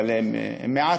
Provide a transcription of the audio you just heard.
אבל הם מעט,